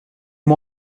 moi